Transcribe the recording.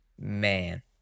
man